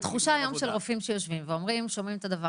התחושה היום של רופאים ששומעים את הדבר